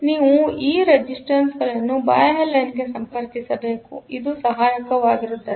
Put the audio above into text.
ಆದ್ದರಿಂದ ನೀವು ಈ ರೆಸಿಸ್ಟನ್ಸ ಗಳನ್ನು ಬಾಹ್ಯಲೈನ್ ಗೆಸಂಪರ್ಕಿಸಬೇಕು ಇದು ಸಹಾಯಕವಾಗಿರುತ್ತದೆ